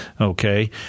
okay